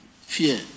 fear